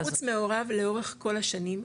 משרד החוץ מעורב לאורך כל השנים,